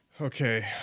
Okay